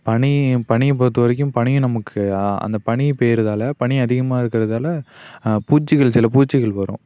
பனி பனியை பொறுத்த வரைக்கும் பனியும் நமக்கு அந்த பனி பெய்கிறதால பனி அதிகமாக இருக்கிறதால பூச்சிகள் சில பூச்சிகள் வரும்